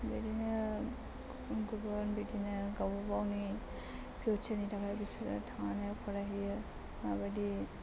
बिदिनो गुबुन गुबुन बिदिनो गाव गावनि फिउचारनि थाखाय बिसोरो थांनानै फरायहैयो माबायदि